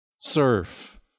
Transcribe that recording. surf